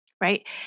right